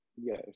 yes